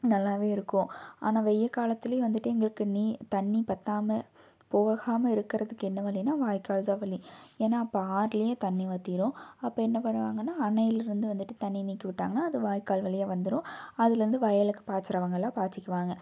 நல்லா இருக்கும் ஆனால் வெய்யில் காலத்துலேயும் வந்துட்டு எங்களுக்கு நீ தண்ணி பற்றாம போகாமல் இருக்கிறதுக்கு என்ன வழினா வாய்க்கால் தான் வழி ஏன்னா அப்போ ஆறுலேயே தண்ணி வற்றிரும் அப்போ என்ன பண்ணுவாங்கனா அணையில் இருந்து வந்துட்டு தண்ணி நீக்கி விட்டாங்னா அது வாய்க்கால் வழியாக வந்துடும் அதில் இருந்து வயலுக்கு பாச்சுறவங்கலாம் பாச்சுக்குவாங்க